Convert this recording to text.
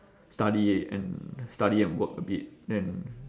study and study and work a bit then